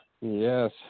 yes